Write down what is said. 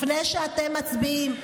לפני שאתם מצביעים,